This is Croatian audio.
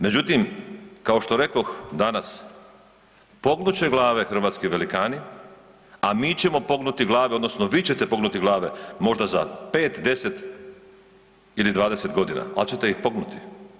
Međutim kao što rekoh danas, pognut će glave hrvatski velikani, a mi ćemo pognuti glave odnosno vi ćete pognuti glave možda za 5, 10 ili 20 godina, ali ćete ih pognuti.